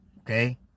Okay